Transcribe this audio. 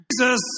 Jesus